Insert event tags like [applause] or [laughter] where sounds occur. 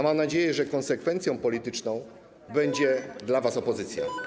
Mam nadzieję, że konsekwencją polityczną będzie [noise] dla was opozycja.